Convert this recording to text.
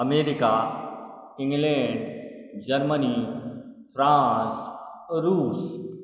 America England Germany France Russia